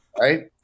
right